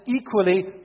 equally